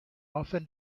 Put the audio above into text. often